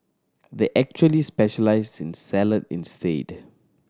they actually specialise in salad instead